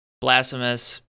Blasphemous